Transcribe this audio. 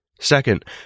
Second